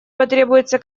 потребуются